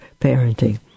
parenting